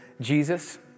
Jesus